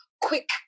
quick